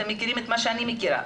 אתם מכירים את מה שאני מכירה,